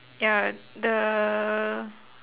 ya the